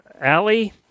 Allie